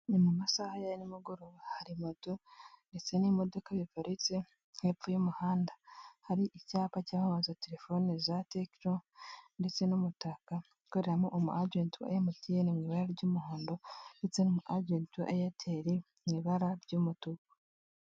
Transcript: Ni mu masaha ya ni mugoroba hari moto ndetse n'imodoka biparitse hepfo y'umuhanda, hari icyapa cyamamaza telefone za tekino ndetse n'umutaka ukoreramo umu ejenti wa emutiyene mu ibara ry'umuhondo ndetse n'umu ajenti wa eyateri mu ibara ry'umutuku.